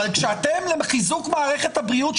אבל כשאתם לחיזוק מערכת הבריאות,